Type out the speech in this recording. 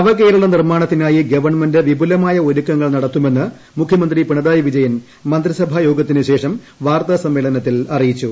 നവകേരള നിർമ്മാണത്തിനായി ഗവൺമെന്റ് വിപുലമായ ഒരുക്കങ്ങൾ നടത്തുമെന്ന് മുഖ്യമന്ത്രി പിണറായി വിജയൻ മന്ത്രിസഭായോഗത്തിനു ശേഷം വാർത്താ സമ്മേളനത്തിൽ അറിയിച്ചു